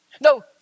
No